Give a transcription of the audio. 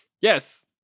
yes